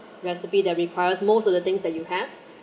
recipe that requires most of the things that you have